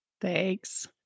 Thanks